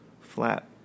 flat